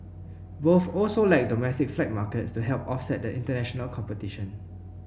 both also lack domestic flight markets to help offset the international competition